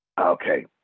Okay